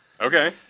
Okay